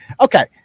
okay